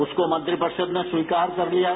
उसको मंत्री परिषद ने स्वीकार कर लिया है